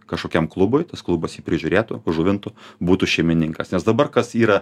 kažkokiam klubui tas klubas jį prižiūrėtų žuvintų būtų šeimininkas nes dabar kas yra